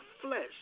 flesh